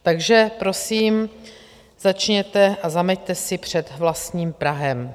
Takže prosím, začněte a zameťte si před vlastním prahem.